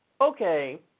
Okay